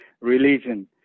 Religion